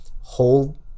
hold